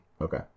okay